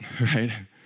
right